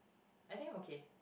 I think I'm okay